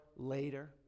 later